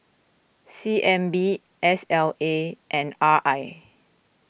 C N B S L A and R I